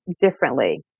differently